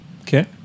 Okay